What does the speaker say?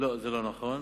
לא, זה לא נכון.